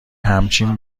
همچنین